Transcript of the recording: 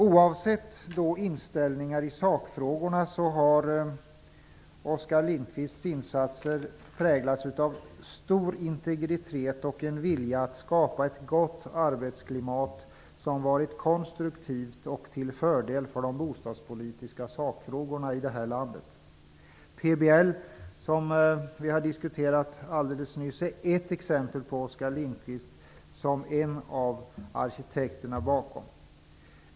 Oavsett inställning i sakfrågorna har Oskar Lindkvists insatser präglats av stor integritet och en vilja att skapa ett gott arbetsklimat, som har varit konstruktivt och till fördel för de bostadspolitiska sakfrågorna här i landet. Exempelvis är Oskar Lindkvist en av arkitekterna bakom PBL, som vi diskuterade alldeles nyss.